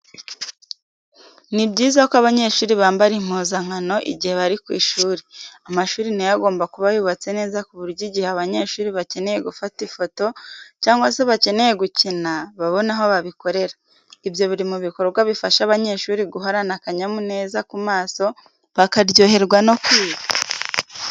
Ni byiza ko abanyeshuri bambara impuzankano igihe bari ku ishuri. Amashuri na yo agomba kuba yubatse neza ku buryo igihe abanyeshuri bakeneye gufata ifoto cyangwa se bakeneye gukina, babona aho babikorera. Ibyo biri mu bikorwa bifasha abanyeshuri guhorana akanyamuneza ku maso bakaryoherwa no kwiga.